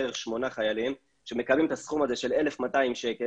בערך שמונה חיילים שמקבלים את הסכום הזה של 1,200 שקל,